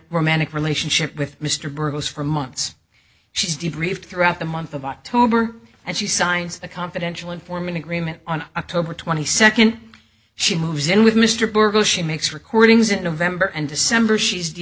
romantic relationship with mr burgos for months she's debriefed throughout the month of october and she signed a confidential informant agreement on october twenty second she moves in with mr berger she makes recordings in november and december she's